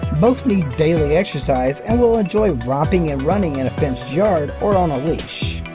both need daily exercise and will enjoy romping and running in a fenced yard or on a leash.